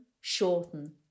shorten